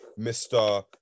Mr